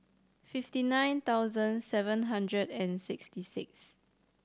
fifty nine thousand seven hundred and sixty six